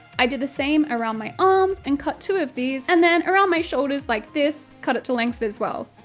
i did the same around my arms, and cut two of these, and then around my shoulders like this, cut it to length as well.